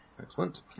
Excellent